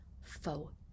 faux